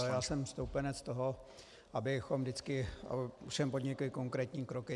Já jsem stoupenec toho, abychom vždycky ve všem podnikli konkrétní kroky.